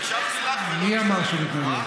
מי אמר שאני מתנגד?